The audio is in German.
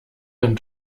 ein